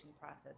process